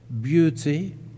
beauty